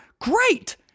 great